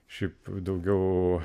šiaip daugiau